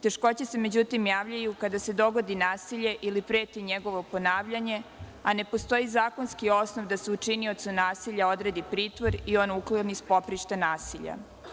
Teškoće se međutim javljaju kada se dogodi nasilje ili preti njegovo ponavljanje, a ne postoji zakonski osnov da se u činiocu nasilja odredi pritvor i ukloni sa poprišta nasilja.